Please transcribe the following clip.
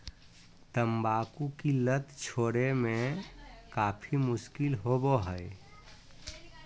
तंबाकू की लत छोड़े में काफी मुश्किल होबो हइ